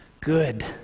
good